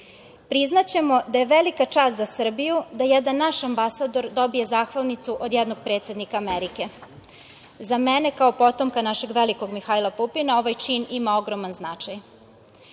Priznaćemo da je velika čast za Srbiju da jedan naš ambasador dobije zahvalnicu od jednog predsednika Amerike. Za mene kao potomka našeg velikog Mihajla Pupina ovaj čin ima ogroman značaj. Želim